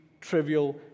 trivial